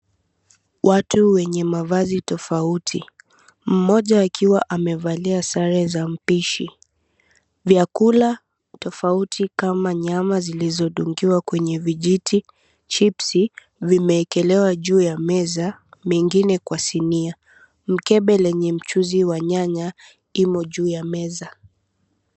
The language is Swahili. Watu wenye mavazi tofauti. Mmoja akiwa amevalia sare za mpishi. Vyakula tofauti kama nyama vilivyodungiwa kwenye vijiti, chipsi vimeekelewa juu ya meza, mengine kwa sinia. Mkebe lenye mchuzi wa nyanya imo juu ya meza.